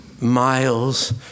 miles